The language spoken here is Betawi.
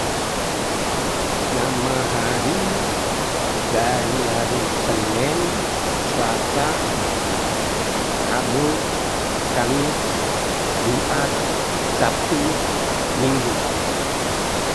Nama hari dari hari senen, selasa, rabu, kamis, jumat, sabtu, minggu.